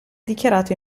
dichiarato